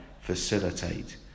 facilitate